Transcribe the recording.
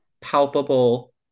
palpable